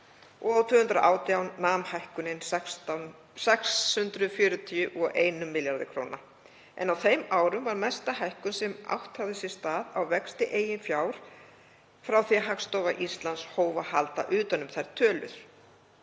og 2018 nam hækkunin 641 milljarði kr. en á þeim árum varð mesta hækkun sem átt hefur sér stað á vexti eigin fjár frá því að Hagstofa Íslands hóf að halda utan um þær tölur.